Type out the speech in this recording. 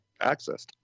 accessed